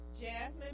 Jasmine